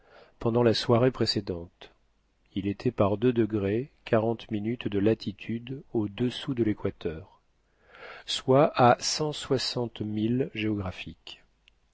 pendant la soirée précédente il était par de latitude au-dessous de léquateur soit à cent soixante milles géographiques